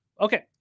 okay